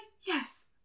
yes